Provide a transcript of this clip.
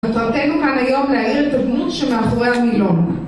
מטרתנו כאן היום, להעיר את הדמות שמאחורי המילון.